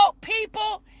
people